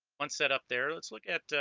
once set up there let's look at